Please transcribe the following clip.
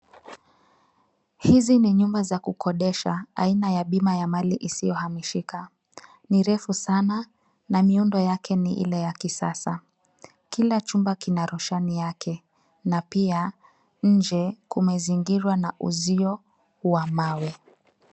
Hizi ni nyumba za kukodesha aina ya bima ya mali isiyohamishika. Ni refu sana na miundo yake ni ile ya kisasa. Kila chumba kina roshani yake na pia nje kumezingirwa na uzio wa mawe.